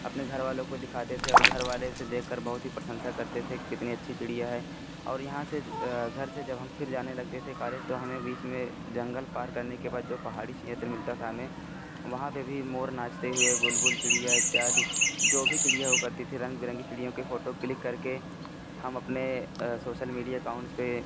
अपने घर वालों को दिखाते थे और घर वाले उसे देखकर बहुत ही प्रशंसा करते थे कितनी अच्छी चिड़िया है और यहाँ से घर से जब हम फिर जाने लगते थे कालेज तो हमें बीच में जंगल पार करने के बाद जो पहाड़ी क्षेत्र मिलता था हमें वहाँ पर भी मोर नाचते हुए बुलबुल चिड़ियाँ इत्यादि जो भी चिड़ियाँ वो करती थी रंग बिरंगी चिड़ियों के फोटो क्लिक करके हम अपने सोशल मीडिया अकाउंट से